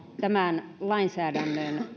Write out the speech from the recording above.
tämän lainsäädännön